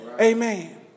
Amen